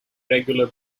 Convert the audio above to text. regular